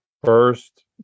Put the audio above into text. First